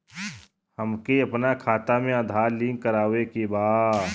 हमके अपना खाता में आधार लिंक करावे के बा?